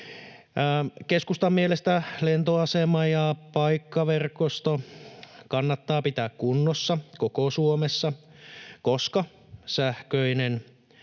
Keskustan mielestä lentoasema ja paikkaverkosto kannattaa pitää kunnossa koko Suomessa, koska sähköinen